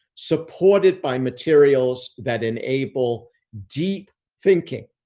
supported by materials that enable deep thinking.